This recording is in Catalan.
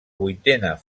vuitena